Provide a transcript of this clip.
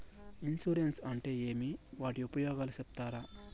Insurance అంటే ఏమి? వాటి ఉపయోగాలు సెప్తారా?